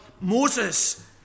Moses